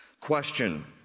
Question